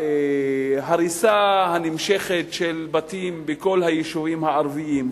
ההריסה הנמשכת של בתים בכל היישובים הערביים,